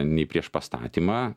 nei prieš pastatymą